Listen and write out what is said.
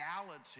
reality